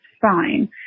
fine